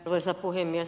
arvoisa puhemies